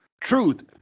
Truth